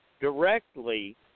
directly